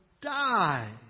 die